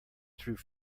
through